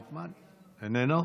איננו,